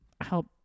help